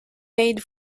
made